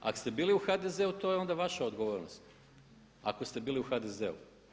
Ako ste bili u HDZ-u to je onda vaša odgovornost, ako ste bili u HDZ-u?